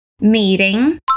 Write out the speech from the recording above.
meeting